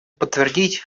подтвердить